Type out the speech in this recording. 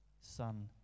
son